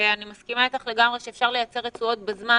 ואני מסכימה איתך לגמרי שאפשר לייצר רצועות בזמן